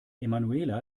emanuela